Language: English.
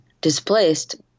displaced